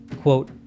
quote